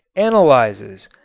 analyzes,